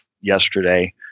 yesterday